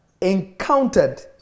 encountered